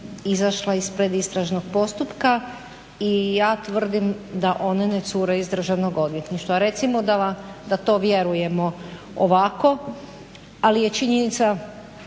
ispred istražnog postupka i ja tvrdim da one ne cure iz državnog odvjetništva. Recimo da to vjerujemo ovako, ali je činjenica